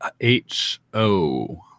H-O